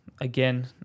again